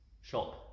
shop